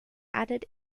added